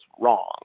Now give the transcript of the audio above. wrong